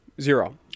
Zero